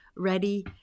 ready